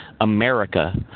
America